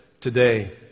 today